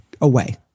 away